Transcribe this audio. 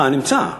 אה, נמצא.